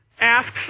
asks